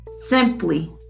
Simply